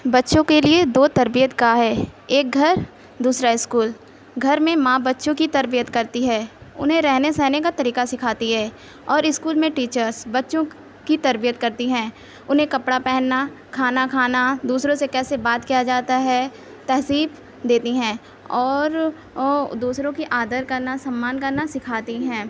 بچوں کے لئے دو تربیت گاہ ہے ایک گھر دوسرا اسکول گھر میں ماں بچوں کی تربیت کرتی ہے انہیں رہنے سہنے کا طریقہ سکھاتی ہے اور اسکول میں ٹیچرس بچوں کی تربیت کرتی ہیں انہیں کپڑا پہننا کھانا کھانا دوسرے سے کیسے بات کیا جاتا ہے تہذیب دیتی ہیں اور دوسروں کی آدر کرنا سمان کرنا سکھاتی ہیں